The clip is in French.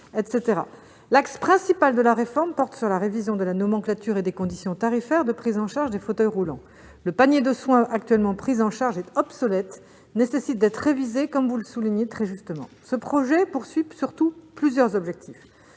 L'axe principal de la réforme porte sur la révision de la nomenclature et des conditions tarifaires de prise en charge des fauteuils roulants. Le panier de soins actuellement couvert est obsolète et nécessite d'être révisé, comme vous le soulignez très justement. Le projet vise donc plusieurs objectifs.